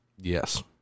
Yes